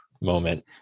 moment